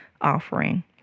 offering